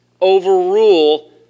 overrule